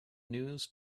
news